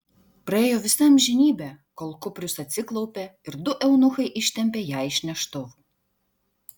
praėjo visa amžinybė kol kuprius atsiklaupė ir du eunuchai ištempė ją iš neštuvų